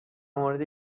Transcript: مورد